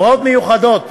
הוראות מיוחדות